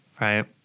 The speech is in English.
right